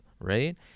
right